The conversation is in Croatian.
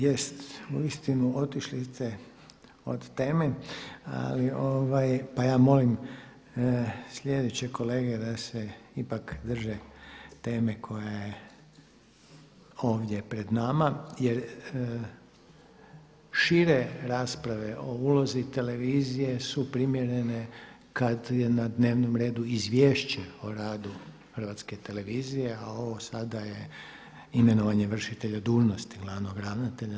Jest uistinu otišli ste od teme pa ja molim slijeće kolege da se ipak drže teme koja je ovdje pred nama jer šire rasprave o ulozi televizije su primjerene kad je na dnevnom redu Izvješće o radu Hrvatske televizije a ovo sada je imenovanje vršitelja dužnosti glavnog ravnatelja.